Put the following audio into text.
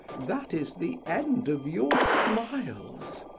that is the end of your smiles.